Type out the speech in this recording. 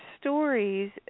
stories